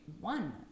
one